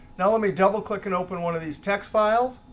now let me double click and open one of these text files.